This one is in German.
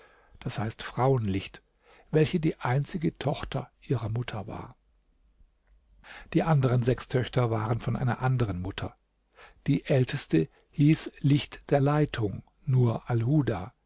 manar alnisa frauenlicht welche die einzige tochter ihrer mutter war die anderen sechs töchter waren von einer anderen mutter die älteste hieß licht der leitung nur alhuda